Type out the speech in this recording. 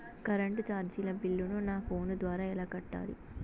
Current చార్జీల బిల్లును, నా ఫోను ద్వారా ఎలా కట్టాలి?